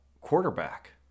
quarterback